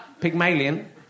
Pygmalion